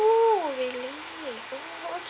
really oh